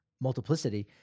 Multiplicity